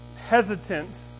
hesitant